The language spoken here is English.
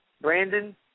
Brandon